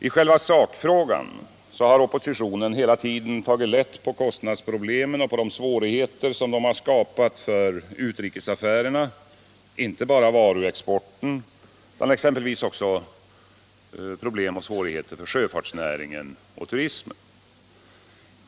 I själva sakfrågan har oppositionen hela tiden tagit lätt på kostnadsproblemen och på de svårigheter som dessa har skapat för utrikesaffärerna — inte bara för varuexporten utan exempelvis också för sjöfartsnäringen och turismen.